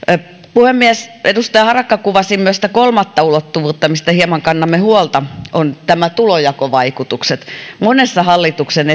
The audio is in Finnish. puhemies edustaja harakka kuvasi myös sitä kolmatta ulottuvuutta mistä hieman kannamme huolta se on tulonjakovaikutukset monessa hallituksen